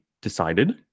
decided